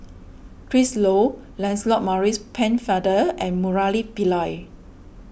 Chris Lo Lancelot Maurice Pennefather and Murali Pillai